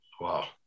Wow